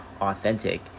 authentic